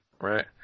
right